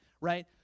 right